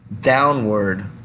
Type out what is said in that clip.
downward